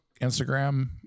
Instagram